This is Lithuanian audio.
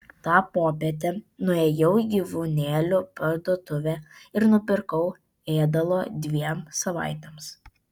tą popietę nuėjau į gyvūnėlių parduotuvę ir nupirkau ėdalo dviem savaitėms